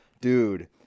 dude